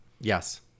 Yes